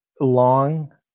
long